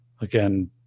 Again